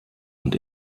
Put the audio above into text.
und